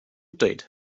date